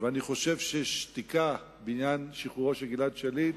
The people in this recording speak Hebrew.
ואני חושב ששתיקה בעניין שחרורו של גלעד שליט